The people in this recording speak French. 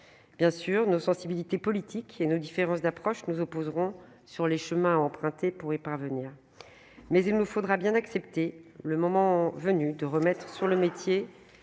Bien sûr, nos sensibilités politiques et nos différences d'approche nous opposeront sur les chemins à emprunter pour y parvenir, mais il nous faudra bien accepter, le moment venu, de remettre sur le métier